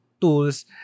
tools